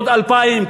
עוד 2,000,